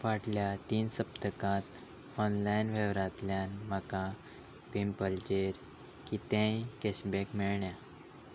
फाटल्या तीन सप्तकांत ऑनलायन वेव्हरांतल्यान म्हाका पेंपलचेर कितेंय कॅशबॅक मेळ्ळ्या